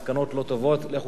מסקנות אחרות תביאו בפני?